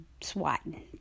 swatting